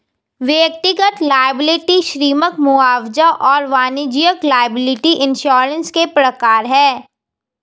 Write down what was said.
व्यक्तिगत लॉयबिलटी श्रमिक मुआवजा और वाणिज्यिक लॉयबिलटी इंश्योरेंस के प्रकार हैं